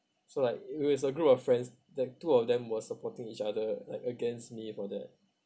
so like it was a group of friends that two of them were supporting each other like against me for that